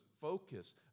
focus